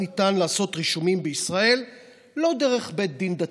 אפשר לעשות רישומים בישראל שלא דרך בית דין דתי,